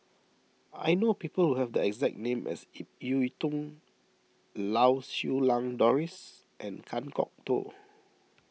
I know people who have the exact name as Ip Yiu Tung Lau Siew Lang Doris and Kan Kwok Toh